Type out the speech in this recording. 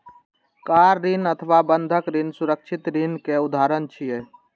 car ऋण अथवा बंधक ऋण सुरक्षित ऋणक उदाहरण छियै